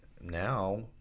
now